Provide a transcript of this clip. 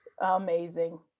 Amazing